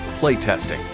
playtesting